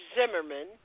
Zimmerman